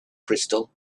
crystal